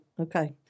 okay